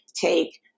take